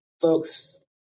folks